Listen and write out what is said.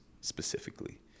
specifically